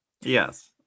Yes